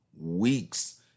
Weeks